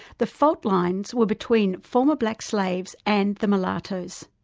the fault lines were between former black slaves and the mulattoes,